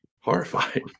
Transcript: horrifying